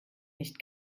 nicht